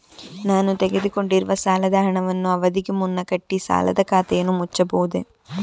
ನಾನು ತೆಗೆದುಕೊಂಡಿರುವ ಸಾಲದ ಹಣವನ್ನು ಅವಧಿಗೆ ಮುನ್ನ ಕಟ್ಟಿ ಸಾಲದ ಖಾತೆಯನ್ನು ಮುಚ್ಚಬಹುದೇ?